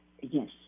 Yes